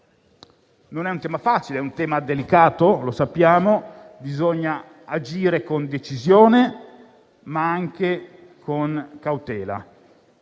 Non è un tema facile; è un tema delicato, lo sappiamo. Bisogna agire con decisione, ma anche con cautela